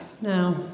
now